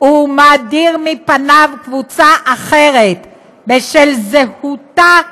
ומדיר מפניו קבוצה אחרת בשל זהותה,